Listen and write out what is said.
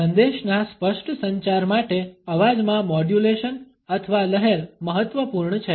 સંદેશના સ્પષ્ટ સંચાર માટે અવાજમાં મોડ્યુલેશન અથવા લહેર મહત્વપૂર્ણ છે